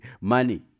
money